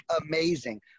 amazing